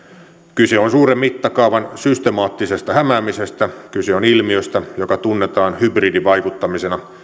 kyse on suuren mittakaavan systemaattisesta hämäämisestä kyse on ilmiöstä joka tunnetaan hybridivaikuttamisena